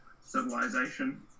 Civilization